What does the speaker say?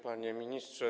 Panie Ministrze!